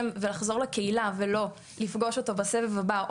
ולחזור לקהילה ולא לפגוש אותו בסבב הבא,